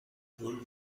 wohl